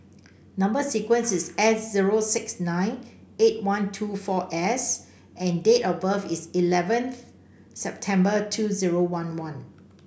number sequence is S zero six nine eight one two four S and date of birth is eleventh September two zero one one